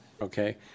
Okay